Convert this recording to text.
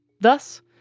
Thus